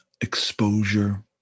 exposure